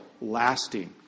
lasting